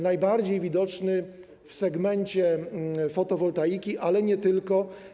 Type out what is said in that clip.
Najbardziej jest on widoczny w segmencie fotowoltaiki, ale nie tylko.